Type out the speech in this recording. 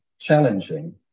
challenging